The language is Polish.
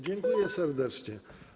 Dziękuję serdecznie.